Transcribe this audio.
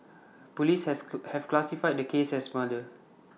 Police has have classified the case as murder